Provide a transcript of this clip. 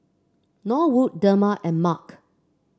Norwood Dema and Mark